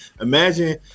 imagine